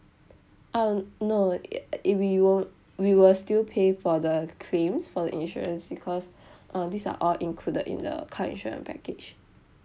uh no it we won't we will still pay for the claims for the insurance because uh these are all included in the car insurance package